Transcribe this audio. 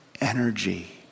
energy